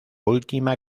última